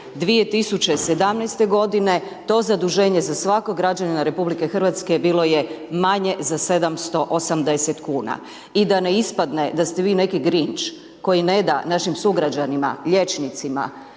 2017. to zaduženje za svakog građanina RH bilo je manje za 780 kuna i da ne ispadne da ste vi neki grinč koji ne da našim sugrađanima, liječnicima,